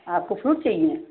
आपको फ्रूट चाहिए हैं